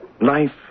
Life